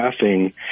laughing